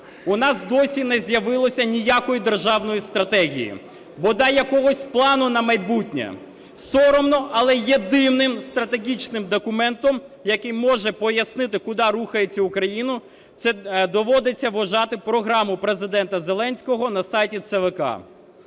У нас досі не з'явилося ніякої державної стратегії, бодай якогось плану на майбутнє. Соромно, але єдиним стратегічним документом, який може пояснити, куди рухається Україна, це доводиться вважати програму Президента Зеленського на сайті ЦВК.